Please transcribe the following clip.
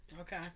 Okay